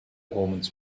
omens